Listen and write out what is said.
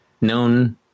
known